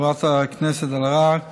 חברת הכנסת אלהרר,